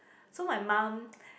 so my mum